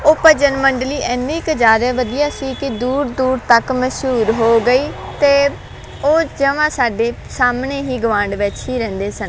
ਉਹ ਭਜਨ ਮੰਡਲੀ ਇੰਨੀ ਕੁ ਜ਼ਿਆਦੇ ਵਧੀਆ ਸੀ ਕਿ ਦੂਰ ਦੂਰ ਤੱਕ ਮਸ਼ਹੂਰ ਹੋ ਗਈ ਅਤੇ ਉਹ ਜਮਾਂ ਸਾਡੇ ਸਾਹਮਣੇ ਹੀ ਗਵਾਂਡ ਵਿੱਚ ਹੀ ਰਹਿੰਦੇ ਸਨ